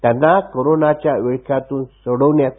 त्यांना कोरोनाच्या विळख्यातून सोडवण्यासाठी